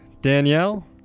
Danielle